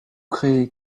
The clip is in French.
créez